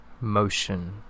motion